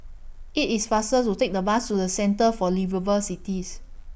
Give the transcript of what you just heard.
IT IS faster to Take The Bus to The Centre For Liveable Cities